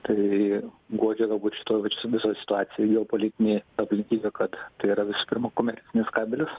tai guodžia galbūt šitoj vat visoj situacijoj geopolitinėj aplinkybė kad tai yra visų pirma komercinis kabelis